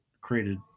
created